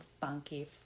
funky